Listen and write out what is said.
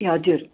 ए हजुर